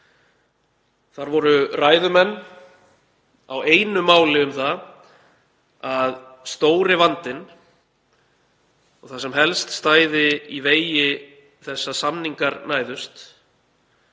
Þar voru ræðumenn á einu máli um það að stóri vandinn og það sem helst stæði í vegi þess að samningar næðust